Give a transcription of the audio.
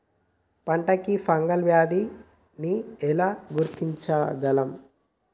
పంట కి ఫంగల్ వ్యాధి ని ఎలా గుర్తించగలం?